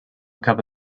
cover